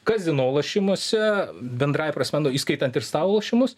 kazino lošimuose bendrąja prasme nu įskaitant ir stalo lošimus